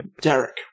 Derek